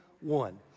one